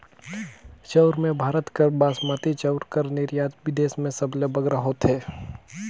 चाँउर में भारत कर बासमती चाउर कर निरयात बिदेस में सबले बगरा होथे